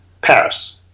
Paris